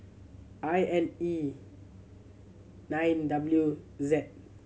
I N E nine W Z